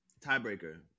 Tiebreaker